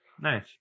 Nice